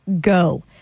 go